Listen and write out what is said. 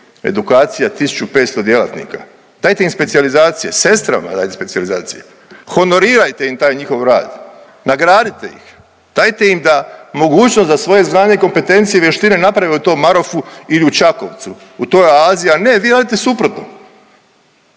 edukacija 1500 djelatnika, dajte im specijalizacije, sestrama dajte specijalizacije, honorirajte im taj njihov rad, nagradite ih, dajte im da, mogućnost da svoje znanje, kompetencije i vještine naprave u tom Marofu ili u Čakovcu, u toj oazi. A ne, vi radite suprotno,